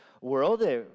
world